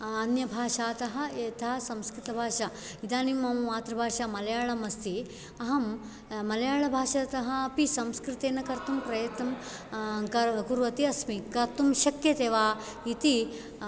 अन्यभाषातः यतः संस्कृतभाषा इदानीं मम मातृभाषा मलयाळम् अस्ति अहं मलयाळभाषातः अपि संस्कृतेन कर्तुं प्रयत्नं कुर्वती अस्मि कर्तुं शक्यते वा इति